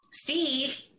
Steve